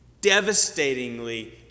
devastatingly